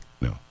No